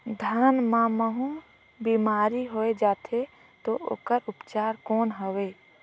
धान मां महू बीमारी होय जाथे तो ओकर उपचार कौन हवे?